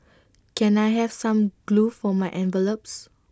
can I have some glue for my envelopes